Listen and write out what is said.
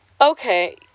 Okay